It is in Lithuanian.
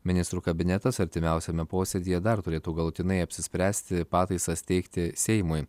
ministrų kabinetas artimiausiame posėdyje dar turėtų galutinai apsispręsti pataisas teikti seimui